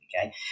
okay